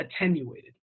attenuated